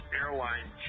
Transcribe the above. Airline